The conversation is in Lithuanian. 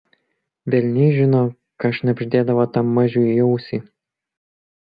velniai žino ką šnabždėdavo tam mažiui į ausį